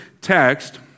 text